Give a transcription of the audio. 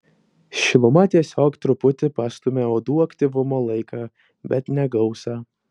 šiluma tiesiog truputį pastumia uodų aktyvumo laiką bet ne gausą